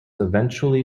eventually